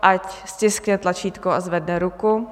Ať stiskne tlačítko a zvedne ruku.